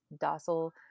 docile